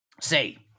Say